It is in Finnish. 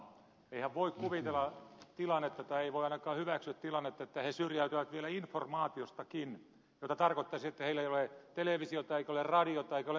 eihän voi kuvitella tilannetta tai ei voi ainakaan hyväksyä tilannetta että he syrjäytyvät vielä informaatiostakin mikä tarkoittaisi että heillä ei ole televisiota eikä ole radiota eikä ole mitään tiedotusvälinettä